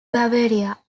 bavaria